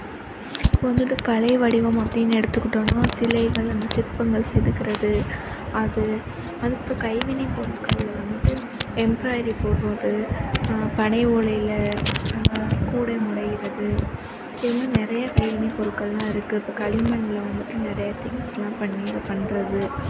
இப்போ வந்துட்டு கலை வடிவம் அப்படின்னு எடுத்துக்கிட்டோன்னால் சிலைகள் அந்த சிற்பங்கள் செதுக்குவது அது அடுத்து கைவினைப் பொருட்களில் வந்து எம்ப்ராய்ட்ரி போடுறது பனை ஓலையில் கூடை முடையுறது இதுமாதிரி நிறையா கைவினைப் பொருட்களெலாம் இருக்குது இப்போ களிமண்ணில் வந்துட்டு நிறையா திங்க்ஸெலாம் பண்ணி அது பண்ணுறது